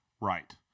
right